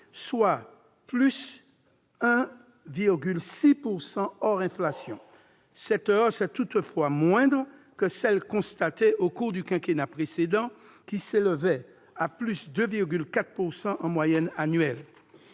hausse de 1,6 % hors inflation. Cette hausse est toutefois moindre que celle constatée au cours du quinquennat précédent, qui s'élevait à 2,4 % en moyenne annuelle.